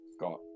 got